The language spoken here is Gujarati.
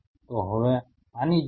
તો હવે આની જેમ